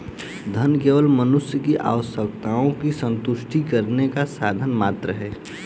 धन केवल मनुष्य की आवश्यकताओं की संतुष्टि करने का साधन मात्र है